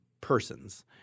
persons